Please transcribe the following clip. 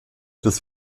des